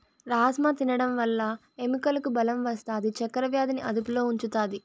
రాజ్మ తినడం వల్ల ఎముకలకు బలం వస్తాది, చక్కర వ్యాధిని అదుపులో ఉంచుతాది